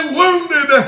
wounded